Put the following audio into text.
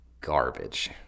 garbage